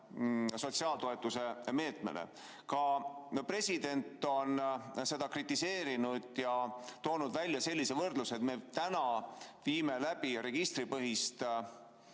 sotsiaaltoetuse meetmele. Ka president on seda kritiseerinud ja toonud sellise võrdluse, et me teeme praegu registripõhist